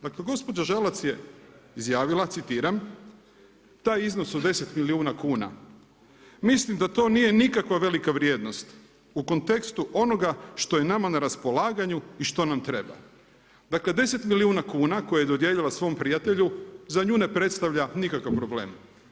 Dakle, gospođa Žalac je izjavila, citiram: „taj iznos od deset milijuna kuna, mislim da to nije nikakva velika vrijednost u kontekstu onoga što je nama na raspolaganju i što nam treba.“ Dakle, deset milijuna kuna koje je dodijelila svome prijatelju za nju ne predstavlja nikakav problem.